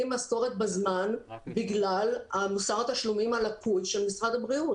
משכורת בזמן בגלל מוסר התשלומים הלקוי של משרד הבריאות,